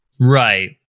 right